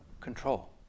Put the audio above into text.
control